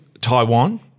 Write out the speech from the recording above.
Taiwan